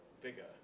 bigger